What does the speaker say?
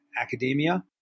academia